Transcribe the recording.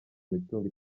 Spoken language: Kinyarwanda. mitungo